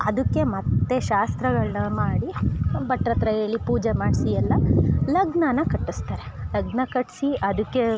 ಅದಕ್ಕೆ ಮತ್ತು ಶಾಸ್ತ್ರಗಳನ್ನ ಮಾಡಿ ಭಟ್ರಹತ್ರ ಹೇಳಿ ಪೂಜೆ ಮಾಡಿಸಿ ಎಲ್ಲ ಲಗ್ನ ಕಟ್ಟುಸ್ತಾರೆ ಲಗ್ನ ಕಟ್ಟಿಸಿ ಅದಕ್ಕೆ